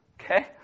Okay